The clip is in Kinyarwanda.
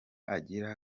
agira